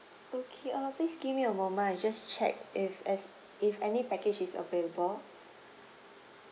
okay uh please give me a moment I just check if as~ if any package is available